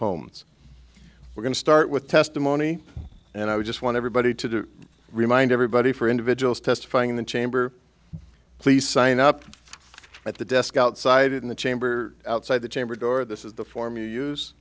homes we're going to start with testimony and i would just want everybody to remind everybody for individuals testifying in the chamber please sign up at the desk outside in the chamber outside the chamber door this is the form you use